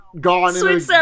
gone